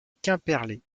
quimperlé